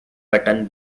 button